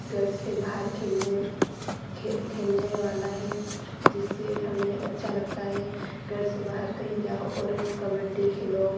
घर से बाहर खेलने खेलने वाला है जिससे हमें अच्छा लगता है घर से बाहर कहीं जाओ और ऐ कबड्डी खेलो